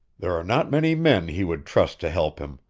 there are not many men he would trust to help him.